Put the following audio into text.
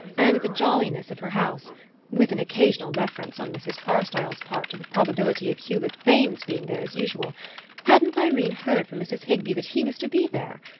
and the jolliness of her house with an occasional reference on mrs. carstyle's part to the probability of hewlett bain's being there as usual hadn't irene heard from mrs. higby that he was to be there?